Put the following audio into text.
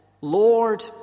Lord